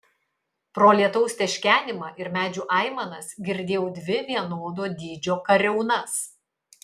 pro lietaus teškenimą ir medžių aimanas girdėjau dvi vienodo dydžio kariaunas